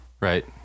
Right